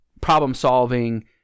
problem-solving